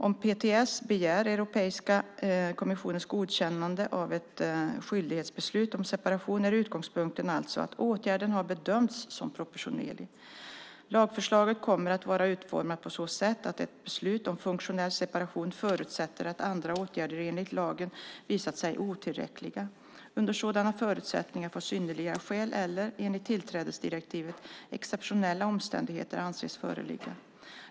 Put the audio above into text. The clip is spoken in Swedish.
Om PTS begär Europeiska kommissionens godkännande av ett skyldighetsbeslut om separation är utgångspunkten alltså att åtgärden har bedömts proportionerlig. Lagförslaget kommer att vara utformat på så sätt att ett beslut om funktionell separation förutsätter att andra åtgärder enligt lagen visat sig otillräckliga. Under sådana förutsättningar får synnerliga skäl eller, enligt tillträdesdirektivet, exceptionella omständigheter anses föreligga.